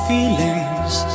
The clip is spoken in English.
Feelings